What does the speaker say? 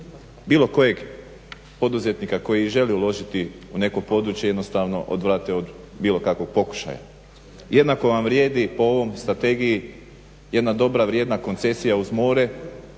bilo kojeg poduzetnika koji želi uložiti u neko područje jednostavno odvrate od bilo kakvog pokušaja. Jednako vam vrijedi po ovoj strategiji jedna dobra vrijedna koncesija uz more